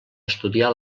estudià